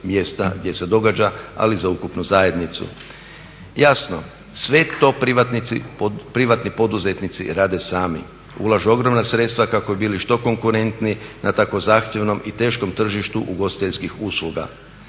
mjesta gdje se događa ali i za ukupnu zajednicu. Jasno sve to privatnici, privatni poduzetnici rade sami. Ulažu ogromna sredstva kako bi bili što konkurentniji na tako zahtjevnom i teškom tržištu ugostiteljskih usluga,